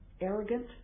arrogant